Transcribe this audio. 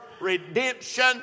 redemption